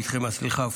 איתכם הסליחה,